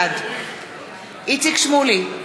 בעד איציק שמולי,